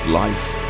life